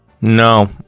No